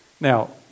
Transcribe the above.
Now